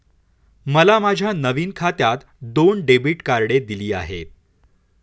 मला माझ्या नवीन खात्यात दोन डेबिट कार्डे दिली आहेत